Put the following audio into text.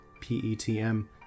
PETM